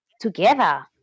together